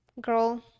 girl